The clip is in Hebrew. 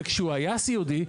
וכשהוא היה סיעודי,